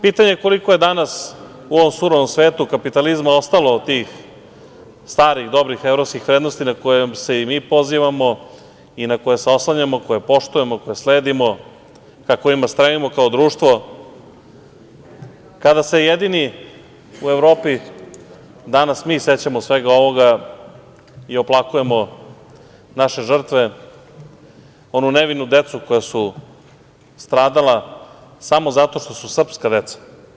Pitanje koliko je danas u ovom surovom svetu kapitalizma ostalo tih starih dobrih evropskih vrednosti na koje se i mi pozivamo i na koje se oslanjamo, koje poštujemo, koje sledimo, na kojima stojimo kao društvo kada se jedini u Evropi danas mi sećamo svega ovoga i oplakujemo naše žrtve, onu nevinu decu koja su stradala samo zato što su srpska deca.